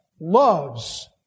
loves